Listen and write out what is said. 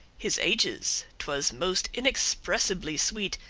his h's twas most inexpressibly sweet,